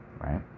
right